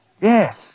Yes